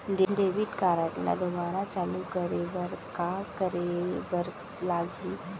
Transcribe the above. Debit card ला दोबारा चालू करे बर का करे बर लागही?